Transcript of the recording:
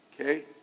Okay